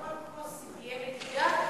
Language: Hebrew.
כל כוס תהיה מדידה?